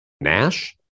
Nash